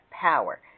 power